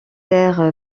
air